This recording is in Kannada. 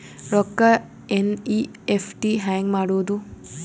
ರೊಕ್ಕ ಎನ್.ಇ.ಎಫ್.ಟಿ ಹ್ಯಾಂಗ್ ಮಾಡುವುದು?